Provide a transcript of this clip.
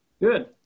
Good